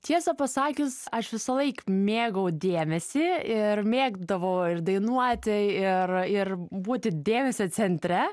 tiesą pasakius aš visąlaik mėgau dėmesį ir mėgdavau ir dainuoti ir ir būti dėmesio centre